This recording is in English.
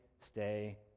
stay